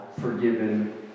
forgiven